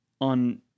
on